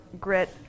Grit